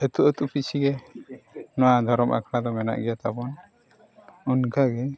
ᱟᱛᱳᱼᱟᱛᱳ ᱯᱤᱪᱷᱤ ᱜᱮ ᱱᱚᱣᱟ ᱫᱷᱚᱨᱚᱢ ᱟᱠᱷᱲᱟ ᱫᱚ ᱢᱮᱱᱟᱜ ᱜᱮ ᱛᱟᱵᱚᱱ ᱚᱱᱠᱟ ᱜᱮ